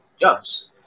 Jobs